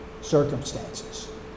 circumstances